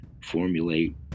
formulate